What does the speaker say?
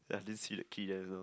ya I didn't see that key there also